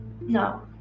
No